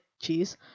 cheese